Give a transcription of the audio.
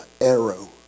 arrow